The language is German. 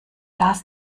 das